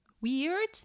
weird